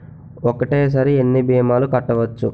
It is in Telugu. ఒక్కటేసరి ఎన్ని భీమాలు కట్టవచ్చు?